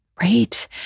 right